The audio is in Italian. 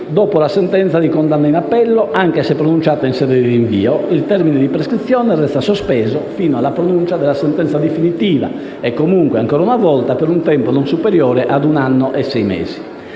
dopo la sentenza di condanna in appello, anche se pronunciata in sede di rinvio, il termine di prescrizione resta sospeso fino alla pronuncia della sentenza definitiva e comunque ancora una volta per un tempo non superiore a un anno e sei mesi.